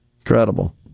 Incredible